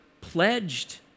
pledged